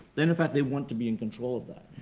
then, in fact, they want to be in control of that.